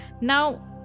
Now